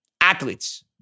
Athletes